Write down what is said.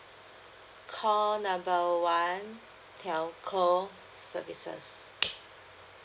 call number one telco services